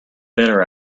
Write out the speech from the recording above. better